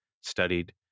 studied